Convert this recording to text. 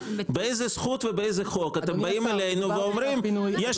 לפי איזו זכות ולפי איזה חוק אתם באים אלינו ואומרים: "יש